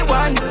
one